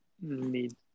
need